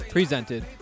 Presented